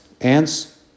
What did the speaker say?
ants